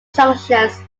junctions